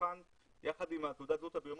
המבחן יחד עם תעודת הזהות הביומטרית,